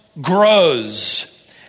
grows